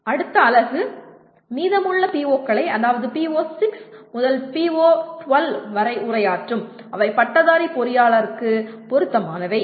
அடுத்த அலகு மீதமுள்ள PO களை அதாவது PO6 முதல் PO 12 வரை உரையாற்றும் அவை பட்டதாரி பொறியாளருக்கு பொருத்தமானவை